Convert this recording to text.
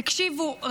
תקשיבו,